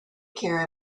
care